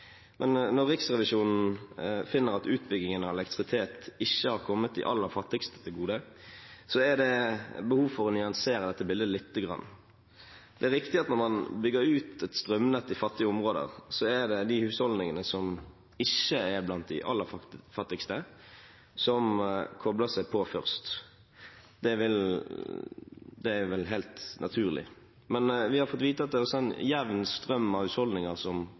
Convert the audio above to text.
Men når Riksrevisjonen finner at utbyggingen av elektrisitet ikke har kommet de aller fattigste til gode, er det behov for å nyansere dette bildet lite grann. Det er viktig at når man bygger ut et strømnett i fattige områder, er det de husholdningene som ikke er blant de aller fattigste, som kobler seg på først. Det er vel helt naturlig. Men vi har fått vite at det også er en jevn strøm av husholdninger som